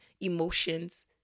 emotions